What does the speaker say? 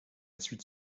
suite